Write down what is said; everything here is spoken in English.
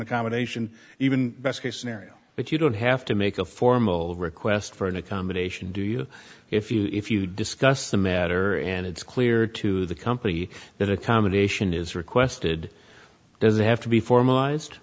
accommodation even best case scenario but you don't have to make a formal request for an accommodation do you if you if you discuss the matter and it's clear to the company that accommodation is requested doesn't have to be formalized